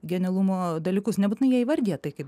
genialumo dalykus nebūtinai jie įvardija tai kaip